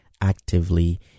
actively